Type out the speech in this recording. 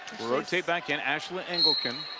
rotate back in ashley engelken.